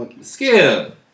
Skip